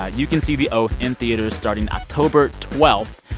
ah you can see the oath in theaters starting october twelve.